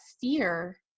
fear